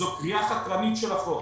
זו פגיעה חתרנית של החוק,